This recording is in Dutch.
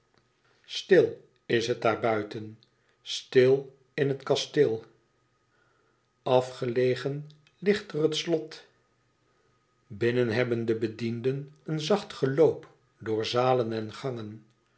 stil is het daarbuiten stil in het kasteel afgelegen ligt er het slot binnen hebben de bedienden een zacht geloop door zalen en gangen